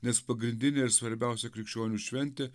nes pagrindinė ir svarbiausia krikščionių šventė